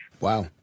wow